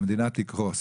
המדינה תקרוס״.